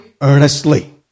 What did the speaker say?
earnestly